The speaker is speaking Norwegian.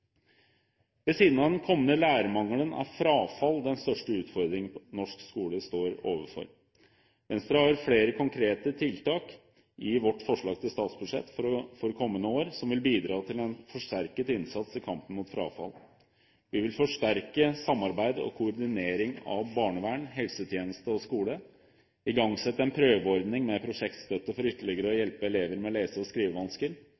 kommende lærermangelen er frafall den største utfordringen norsk skole står overfor. Venstre har flere konkrete tiltak i sitt forslag til statsbudsjett for kommende år som vil bidra til en forsterket innsats i kampen mot frafall. Vi vil forsterke samarbeidet mellom og koordineringen av barnevern, helsetjeneste og skole, igangsette en prøveordning med prosjektstøtte for ytterligere å